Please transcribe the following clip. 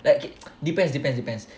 like depends depends depends